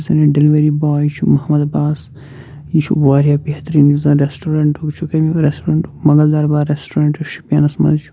یُس زَن یہِ ڈیٚلِؤری باے چھُ محمد اباس یہِ چھُ واریاہ بہتٔرین یُس زَن ریسٹورنٹُک وچھو امہِ ریٚسٹورنٹ وِچھو مُغل دربار ریٚسٹورینٹ یُس چھُ شُپیٖنس منٛز چھُ